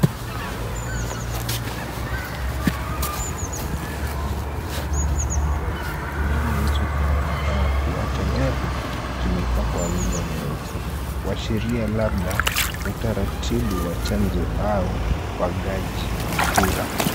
Mkono wa mtu mzima akipaka wino kidole gumba cha mtoto mdogo. Kidole hicho kinaonekana kuwa tayari kimepakwa wino mweusi, kuashiria kwamba utaratibu wa chanjo au upangajikura.